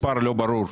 המספר,